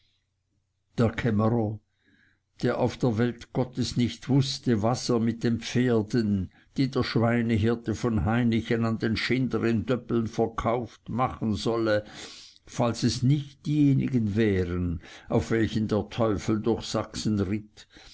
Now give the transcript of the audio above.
der auf der welt gottes nicht wußte was er mit pferden die der schweinehirte von hainichen an den schinder in döbbeln verkauft machen solle falls es nicht diejenigen wären auf welchen der teufel durch